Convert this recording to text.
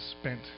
spent